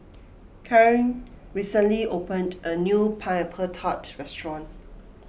Cain recently opened a new Pineapple Tart restaurant